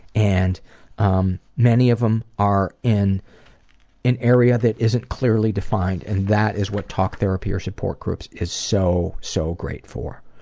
and um many of them are in an area that isn't clearly defined, and that is what talk therapy or support groups is so so great for.